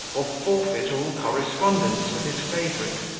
or forfeit all correspondence with his favourite.